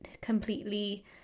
completely